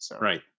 Right